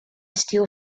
steal